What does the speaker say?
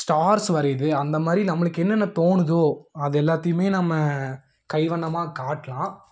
stars வரைவது அந்த மாதிரி நம்மளுக்கு என்னென்ன தோணுதோ அது எல்லாத்தையுமே நம்ம கைவண்ணமாக காட்டலாம்